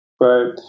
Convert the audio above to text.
right